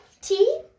Tea